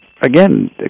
again